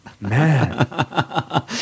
man